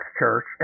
Church